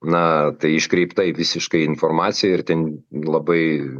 na tai iškreiptai visiškai informacija ir ten labai